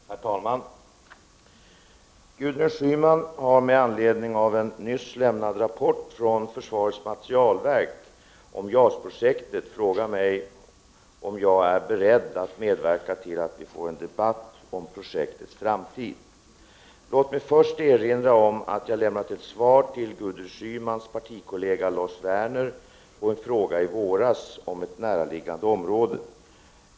Herr talman! Gudrun Schyman har med anledning av en nyss lämnad rapport från försvarets materielverk om JAS-projektet frågat mig om jag är beredd att medverka till att vi får en debatt om projektets framtid. Låt mig först erinra om att jag har lämnat ett svar till Gudrun Schymans partikollega Lars Werner på en fråga i våras om ett närliggande område.